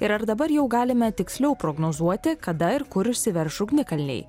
ir ar dabar jau galime tiksliau prognozuoti kada ir kur išsiverš ugnikalniai